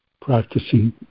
practicing